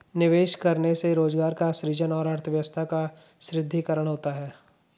निवेश करने से रोजगार का सृजन और अर्थव्यवस्था का सुदृढ़ीकरण होता है